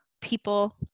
people